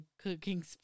cooking